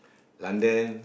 London